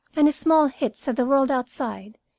and his small hits at the world outside,